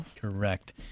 Correct